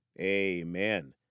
amen